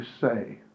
say